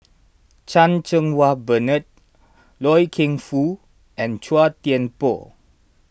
Chan Cheng Wah Bernard Loy Keng Foo and Chua Thian Poh